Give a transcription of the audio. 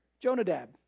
Jonadab